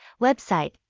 Website